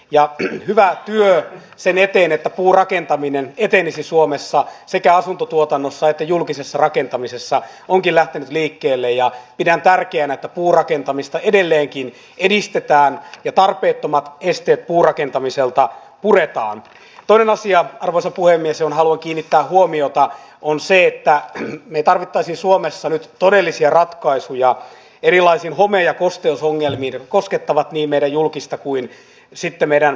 ja hyvää työtä sen eteen että puurakentaminen etenisi suomessa sekä asuntotuotannossa että julkisessa rakentamisessa onkin lähtenyt liikkeelle ja pidän tärkeänä että puurakentamista edelleenkin edistetään ja tarpeettomat esteet puurakentamiselta puretaan toinen asia arvoisa puhemies johon haluan kiinnittää huomiota kun se että me tarvittaisiin suomessa nyt todellisia ratkaisuja erilaisiin home ja kosteusongelmia koskettava nimetä julkista kuin sitä meidän